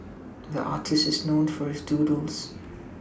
the artist is known for his doodles